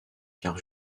car